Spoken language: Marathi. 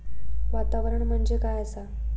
वातावरण म्हणजे काय आसा?